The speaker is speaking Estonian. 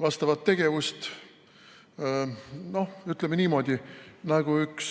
vastavat tegevust, noh, ütleme niimoodi, nagu üks